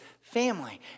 family